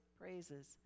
praises